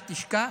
ואל תשכח,